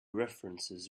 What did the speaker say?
references